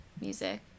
music